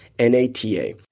NATA